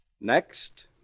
Next